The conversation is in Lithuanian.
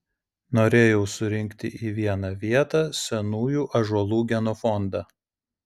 norėjau surinkti į vieną vietą senųjų ąžuolų genofondą